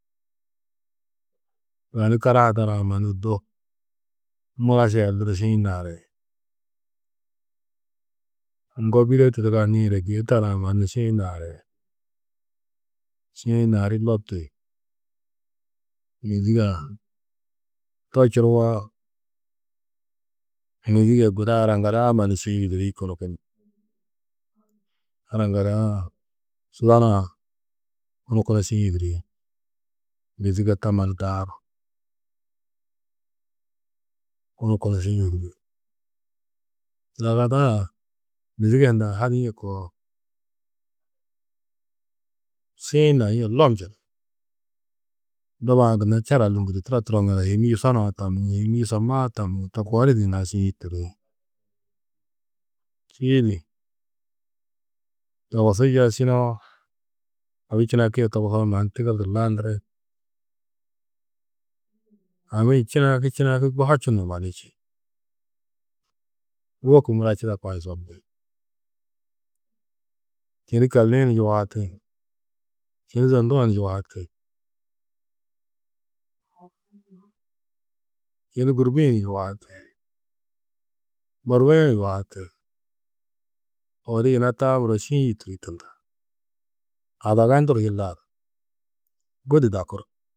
karaha tarã mannu du mura šeelduru šiĩ naari. Ŋgo bîde tuduganĩ rêdie tarã mannu šiĩ naari. Šiĩ naarî loptiyi, mîzig-ã, to čuruwo guda araŋgadaa-ã mannu šiĩ yûduri kunu kunu. Arraŋgada-ã, Sûdanaa-ã kunu kunu šiĩ yûduri. Mîzige to mannu daaru kunu kunu šiĩ yûduri. Dazagada-ã mîzige hundã hadîe koo šiĩ naîe lomnjunú. Doba-ã gunna čera lûnduri, turo turo ŋa du, hîmmi yusonuu-ã tammũú, hîmmi yusomaa-ã tammũu, to koo di gunna šiĩ yûturi. Čîidi dogusu yesčinoo abi-ĩ činakîe toguhoo mannu tigirdu landiri. Abi činakî činakî bu hočinno mannu čî. Wôku mura čidakã yusopi. Čêni kalli-ĩ ni yuhati, čêni zondu-ã ni yuhati, čêni gûrbi-ĩ ni yuhati, burwi-ĩ ni yuhati. Odu yina taa muro šiĩ yûturi tunda. Adaga ndur yilla du budi dakuru.